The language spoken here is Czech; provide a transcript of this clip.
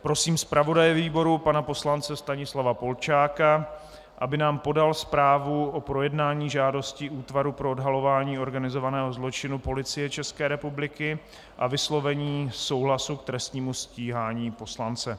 Prosím zpravodaje výboru pana poslance Stanislava Polčáka, aby nám podal zprávu o projednání žádosti Útvaru pro odhalování organizovaného zločinu Policie České republiky o vyslovení souhlasu k trestnímu stíhání poslance.